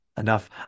Enough